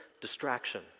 distraction